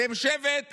אתם שבט,